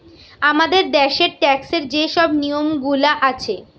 আমাদের দ্যাশের ট্যাক্সের যে শব নিয়মগুলা আছে